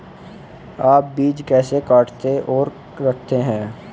आप बीज कैसे काटते और रखते हैं?